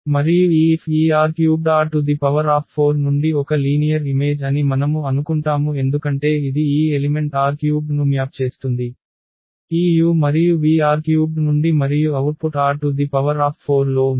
మరియు ఈ F ఈ R3R4 నుండి ఒక లీనియర్ ఇమేజ్ అని మనము అనుకుంటాము ఎందుకంటే ఇది ఈ ఎలిమెంట్ R³ ను మ్యాప్ చేస్తుంది ఈ u మరియు v R³ నుండి మరియు అవుట్పుట్ R⁴ లో ఉంది